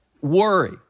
Worry